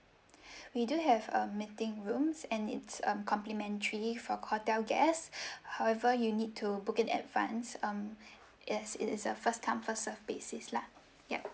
we do have um meeting rooms and it's um complimentary for hotel guests however you need to book in advance um yes it is a first come first serve basis lah ya